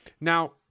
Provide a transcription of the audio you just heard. Now